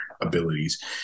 abilities